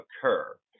occur